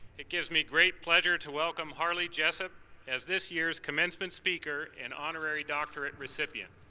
it gives me great pleasure to welcome harley jessup as this year's commencement speaker and honorary doctorate recipient.